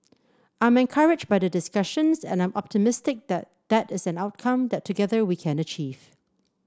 I'm encouraged by the discussions and I am optimistic that that is an outcome that together we can achieve